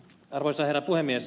arvoisa herra puhemies